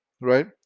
right